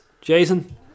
Jason